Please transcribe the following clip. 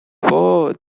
for